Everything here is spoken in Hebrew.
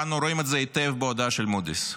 ואנו רואים את זה היטב בהודעה של מודי'ס.